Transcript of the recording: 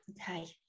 Okay